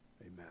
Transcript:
Amen